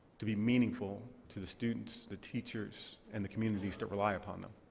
to be meaningful to the students, the teachers, and the communities that rely upon them.